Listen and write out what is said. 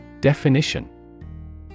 Definition